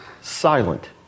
silent